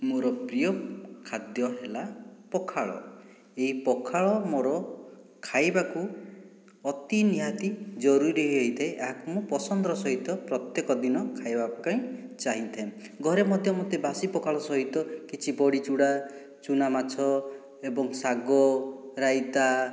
ମୋ'ର ପ୍ରିୟ ଖାଦ୍ୟ ହେଲା ପଖାଳ ଏହି ପଖାଳ ମୋ'ର ଖାଇବାକୁ ଅତି ନିହାତି ଜରୁରୀ ହୋଇଥାଏ ଏହାକୁ ମୁଁ ପସନ୍ଦର ସହିତ ପ୍ରତ୍ୟକ ଦିନ ଖାଇବା ପାଇଁ ଚାହିଁଥାଏ ଘରେ ମୋତେ ମଧ୍ୟ ବାସି ପଖାଳ ସହିତ କିଛି ବଡ଼ି ଚୁଡ଼ା ଚୂନାମାଛ ଏବଂ ଶାଗ ରାଇତା